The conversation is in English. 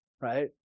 Right